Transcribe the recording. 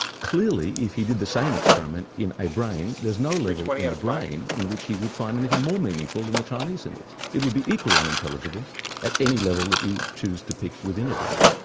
clearly, if you did the same experiment in a brain, there's no level in a brain in which he would find anything more meaningful than the chinese symbols. it would be equally unintelligible at any level that you choose to pick within a brain.